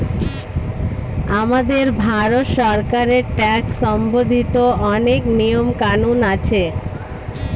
আমাদের ভারত সরকারের ট্যাক্স সম্বন্ধিত অনেক নিয়ম কানুন আছে